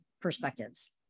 perspectives